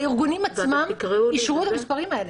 הארגונים עצמם אישרו את המספרים האלה.